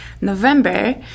November